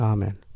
Amen